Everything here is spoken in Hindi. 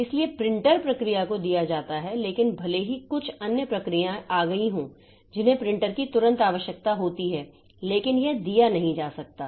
इसलिए प्रिंटर प्रक्रिया को दिया जाता है लेकिन भले ही कुछ अन्य प्रक्रियाएं आ गई हों जिन्हें प्रिंटर की तुरंत आवश्यकता होती है लेकिन यह दिया नहीं जा सकता